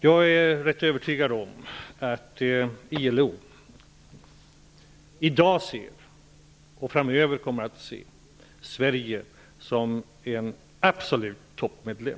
Jag är ganska övertygad om att ILO i dag ser och framöver kommer att se Sverige som en absolut toppmedlem.